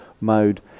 mode